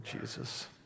Jesus